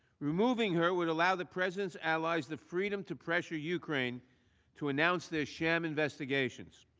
removing her would allow the president allies the freedom to pressure ukraine to announce this sham investigation.